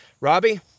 Robbie